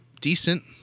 decent